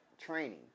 training